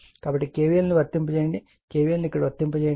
కాబట్టి K v l ను వర్తింపజేయండి K v l ను ఇక్కడ వర్తింపజేయండి